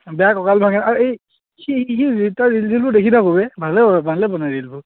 বেয়া কঁকাল ভাঙে আৰু এই সি তাৰ ৰিল চিলবোৰ দেখি থাকো ভালে ভালে বনাই ৰীলবোৰ